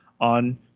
on